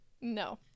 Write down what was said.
No